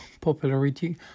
popularity